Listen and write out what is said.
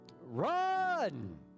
Run